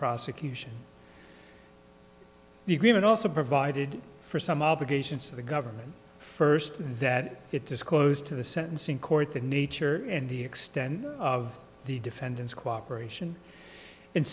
prosecution the agreement also provided for some obligations to the government first that it disclosed to the sentencing court the nature and the extent of the defendant's cooperation and